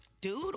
dude